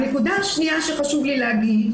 הנקודה השנייה שחשוב לי להגיד,